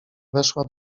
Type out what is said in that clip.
weszła